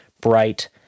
bright